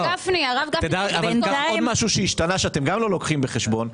עוד משהו שהשתנה, שאתם גם לא לוקחים בחשבון,